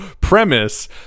premise